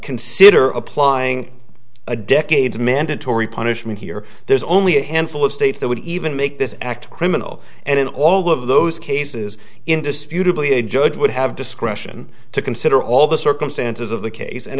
consider applying a decade to mandatory punishment here there's only a handful of states that would even make this act criminal and in all of those cases indisputably a judge would have discretion to consider all the circumstances of the case and